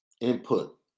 input